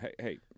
Hey